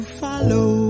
follow